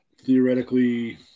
Theoretically